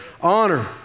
Honor